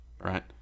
right